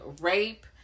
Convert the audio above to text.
rape